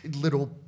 little